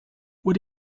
what